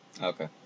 Okay